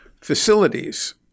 facilities